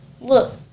Look